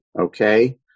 Okay